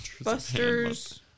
Busters